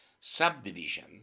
subdivision